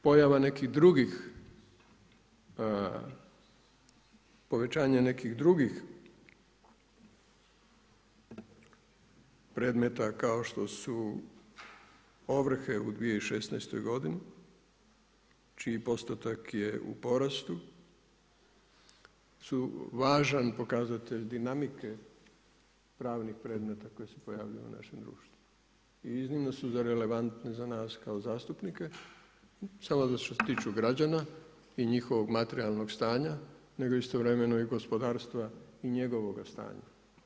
Pojava nekih drugih, povećanja nekih drugih predmeta kao što su ovrhe u 2016. godini čiji postotak je u porastu su važan pokazatelj dinamike pravnih predmeta koji se pojavljuju u našem društvu i iznimno su relevantne za nas kao zastupnice samo zato što se tiču građana i njihovog materijalnog stanja, nego istovremeno i gospodarstva i njegovoga stanja.